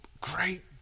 great